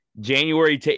January